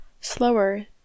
slower